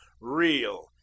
real